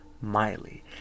Miley